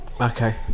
Okay